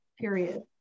period